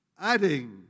Adding